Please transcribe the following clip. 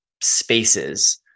spaces